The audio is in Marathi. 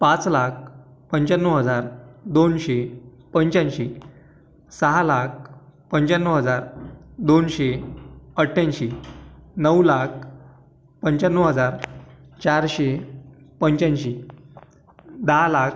पाच लाख पंच्याण्णव हजार दोनशे पंच्याऐंशी सहा लाख पंच्याण्णव हजार दोनशे अठ्याऐंशी नऊ लाख पंच्याण्णव हजार चारशे पंच्याऐंशी दहा लाख